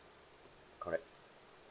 correct